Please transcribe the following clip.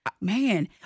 Man